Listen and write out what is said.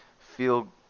feel